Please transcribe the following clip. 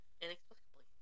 Inexplicably